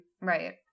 Right